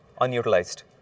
unutilized